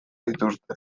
dituzte